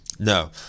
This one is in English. No